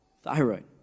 thyroid